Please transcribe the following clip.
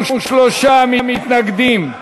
63 מתנגדים,